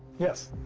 yes.